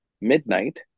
midnight